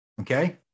Okay